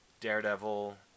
Daredevil